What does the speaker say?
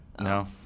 No